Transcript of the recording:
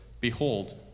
Behold